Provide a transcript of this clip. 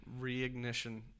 reignition